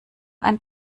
ein